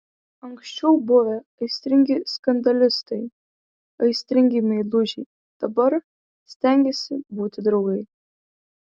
anksčiau buvę aistringi skandalistai aistringi meilužiai dabar stengėsi būti draugai